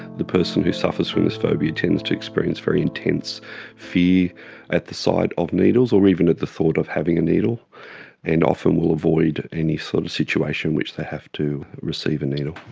the person who suffers from this phobia tends to experience very intense fear at the sight of needles or even at the thought of having a needle and often will avoid any sort of situation in which they have to receive a needle.